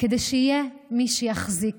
כדי שיהיה מי שיחזיק,